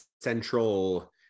central